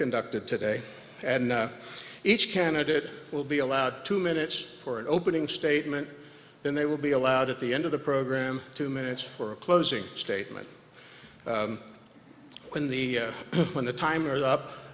conducted today and each candidate will be allowed two minutes for an opening statement then they will be allowed at the end of the program two minutes for a closing statement when the when the time